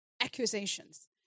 accusations